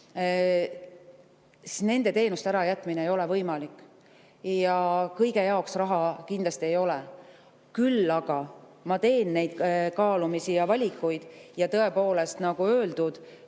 siis nende teenuste ärajätmine ei ole võimalik. Kõige jaoks raha kindlasti ei ole. Küll aga ma teen neid kaalumisi ja valikuid. Ja tõepoolest, nagu öeldud,